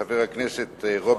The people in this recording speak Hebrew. (מס' 8). יציג חבר הכנסת דוד רותם,